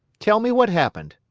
tell me what happened.